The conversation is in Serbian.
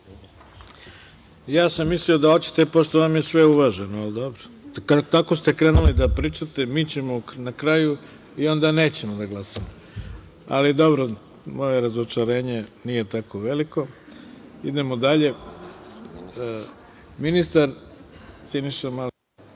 Ja sam mislio da hoćete, pošto vam je sve uvaženo, ali dobro. Kako ste krenuli da pričate – mi ćemo na kraju i onda nećemo da glasamo. Ali, dobro, moje razočarenje nije tako veliko. Idemo dalje. Reč